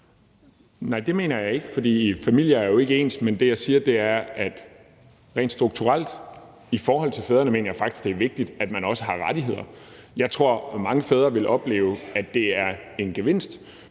Nej, det mener jeg ikke, for familier er jo ikke ens. Men det, jeg siger, er, at rent strukturelt mener jeg faktisk det er vigtigt, at fædrene også har rettigheder. Jeg tror, at mange fædre vil opleve, at det er en gevinst.